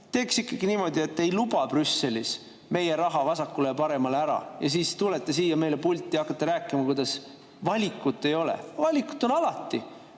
Teeks ikkagi niimoodi, et ei luba Brüsselis meie raha vasakule ja paremale ära, ja siis tulete siia pulti ja hakkate meile rääkima, kuidas valikut ei ole. Valikut on alati.